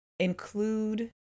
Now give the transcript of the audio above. Include